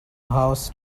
house